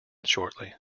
shortly